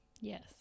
Yes